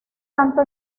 tanto